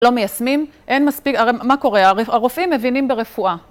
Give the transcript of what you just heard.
לא מיישמים, אין מספיק, מה קורה? הרופאים מבינים ברפואה.